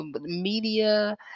media